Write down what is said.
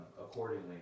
accordingly